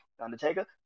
Undertaker